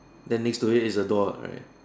then next to it is a door right